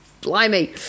blimey